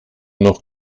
noch